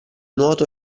nuoto